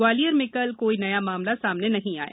ग्वालियर में कल काई नया मामला सामने नहीं आया